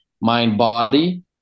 mind-body